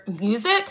music